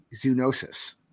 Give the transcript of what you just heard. zoonosis